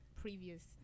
previous